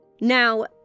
Now